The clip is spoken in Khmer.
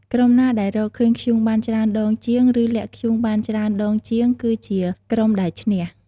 ក្រុមណាដែលរកឃើញធ្យូងបានច្រើនដងជាង ឬលាក់ធ្យូងបានច្រើនដងជាង គឺជាក្រុមដែល ឈ្នះ។